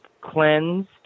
cleansed